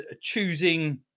choosing